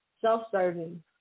self-serving